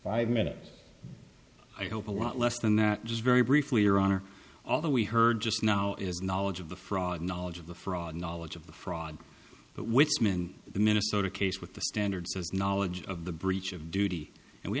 five minutes i hope a lot less than that just very briefly your honor although we heard just now is knowledge of the fraud knowledge of the fraud knowledge of the fraud but wissmann the minnesota case with the standard says knowledge of the breach of duty and we